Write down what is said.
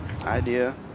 idea